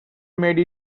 made